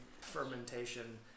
fermentation